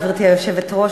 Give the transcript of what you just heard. גברתי היושבת-ראש,